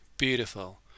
beautiful